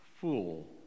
fool